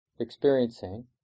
experiencing